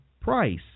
price